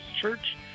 church